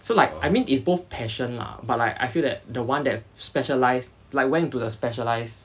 so like I mean if both passion lah but like I feel that the one that specialized like went to the specialized